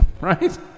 right